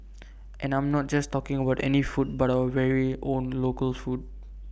and I'm not just talking A word any food but our very own local food